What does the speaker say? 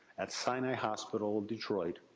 at sinai hospital of detroit,